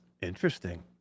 Interesting